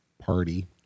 party